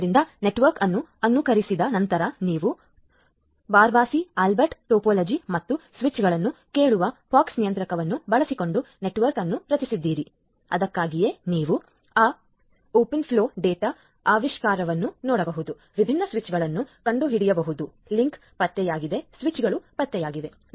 ಆದ್ದರಿಂದ ನೆಟ್ವರ್ಕ್ ಅನ್ನು ಅನುಕರಿಸಿದ ನಂತರ ನೀವು ಬರಾಬಾಸಿ ಆಲ್ಬರ್ಟ್ ಟೋಪೋಲಜಿ ಮತ್ತು ಸ್ವಿಚ್ಗಳನ್ನು ಕೇಳುವ ಪೋಕ್ಸ್ ನಿಯಂತ್ರಕವನ್ನು ಬಳಸಿಕೊಂಡು ನೆಟ್ವರ್ಕ್ ಅನ್ನು ರಚಿಸಿದ್ದೀರಿ ಅದಕ್ಕಾಗಿಯೇ ನೀವು ಆ ಓಪನ್ ಫ್ಲೋ ಡಾಟ್ ಆವಿಷ್ಕಾರವನ್ನು ನೋಡಬಹುದು ವಿಭಿನ್ನ ಸ್ವಿಚ್ಗಳನ್ನು ಕಂಡುಹಿಡಿಯಬಹುದು ಲಿಂಕ್ ಪತ್ತೆಯಾಗಿದೆ ಸ್ವಿಚ್ಗಳು ಪತ್ತೆಯಾಗಿವೆ